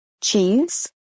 cheese